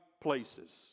places